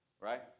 Right